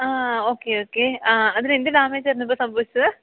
ങാ ഓക്കെ യൊക്കെ ആ അതിനെന്ത് ഡാമേജ് ആയിരുന്നു ഇപ്പോള് സംഭവിച്ചത്